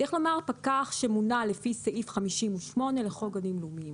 צריך לומר "פקח שמונה לפי סעיף 58 לחוק גנים לאומיים".